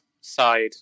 side